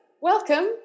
Welcome